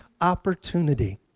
opportunity